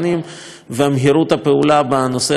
מהירות הפעולה בנושא הזה היא קריטית.